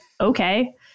okay